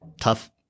tough